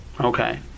Okay